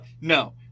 no